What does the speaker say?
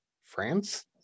France